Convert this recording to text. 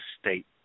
state